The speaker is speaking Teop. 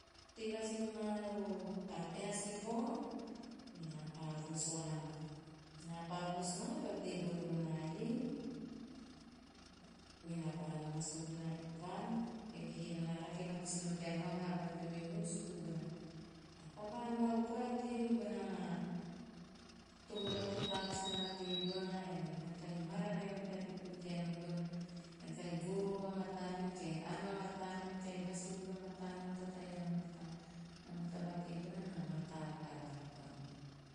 Tei vasihum ma a peha sivao, menaa pa vos vaha maa. Menaa pa vos maa to tei vonom naa iei, menaa pa ma suguna van, eve he naa na rake vaakis nom tea nao vaha bona teo meho hum suku bona taba ann bau koa ge mibona maa toho vai koa to tavus nana tebona ae ean kahi mararae nom teo kaen hum bona, ean kahi goroho vamataa nom, tataiana va matagu. Mamihu taba tebona na mataa vakavara koana.